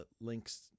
links